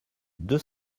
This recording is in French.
deux